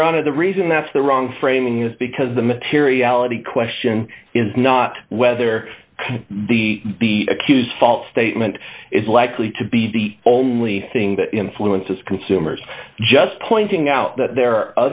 honor the reason that's the wrong framing is because the materiality question is not whether the accused false statement is likely to be the only thing that influences consumers just pointing out that there are